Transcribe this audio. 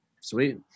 Sweet